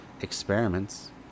experiments